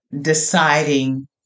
deciding